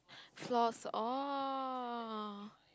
flaws oh